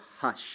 hush